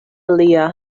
alia